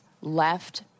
left